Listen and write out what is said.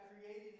created